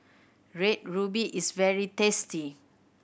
Red Ruby is very tasty